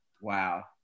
Wow